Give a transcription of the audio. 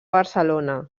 barcelona